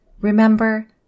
Remember